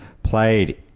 Played